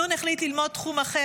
ל',